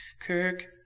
Kirk